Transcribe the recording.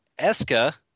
Eska